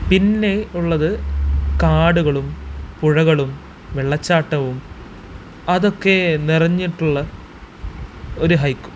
പിന്നെ ഉള്ളത് കാടുകളും പുഴകളും വെള്ളച്ചാട്ടവും അതൊക്കെ നിറഞ്ഞിട്ടുള്ള ഒരു ഹൈക്കും